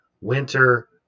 winter